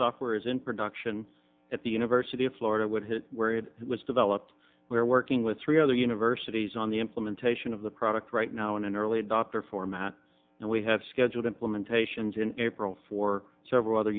software is in production at the university of florida would hit where it was developed where working with three other universities on the implementation of the product right now in an early adopter format and we have scheduled implementations in april for several other